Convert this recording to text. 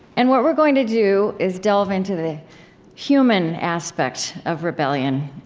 and what we're going to do is delve into the human aspect of rebellion,